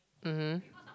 mmhmm